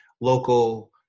local